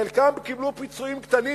חלקם קיבלו פיצויים קטנים,